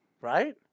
Right